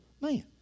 man